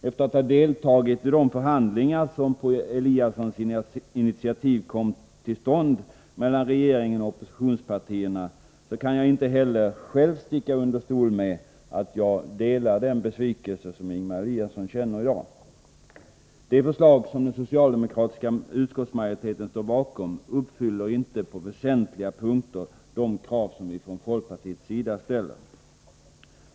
Efter att ha deltagit i de förhandlingar som på Eliassons initiativ kom till stånd mellan regeringen och oppositionspartierna, kan jag inte heller själv sticka under stol med att jag delar den besvikelse som Ingemar Eliasson i dag känner. Det förslag som den socialdemokratiska utskottsmajoriteten står bakom uppfyller på väsentliga punkter inte de krav som vi från folkpartiets sida ställer.